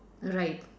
right